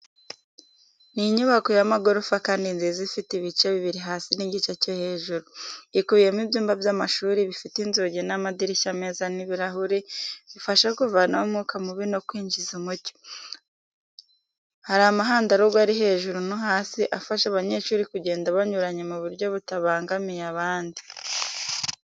Ni inyubako y'amagorofa kandi nziza ifite ibice bibiri hasi n'igice cyo hejuru. Ikubiyemo ibyumba by’amashuri, bifite inzugi n’amadirishya meza n’ibirahuri, bifasha kuvanaho umwuka mubi no kwinjiza umucyo. Hari amahandarugo ari hejuru no hasi, afasha abanyeshuri kugenda banyuranye mu buryo butabangamiye abandi.